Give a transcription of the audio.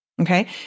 Okay